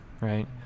right